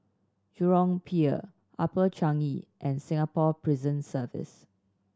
Jurong Pier Upper Changi and Singapore Prison Service